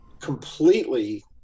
completely